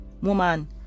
woman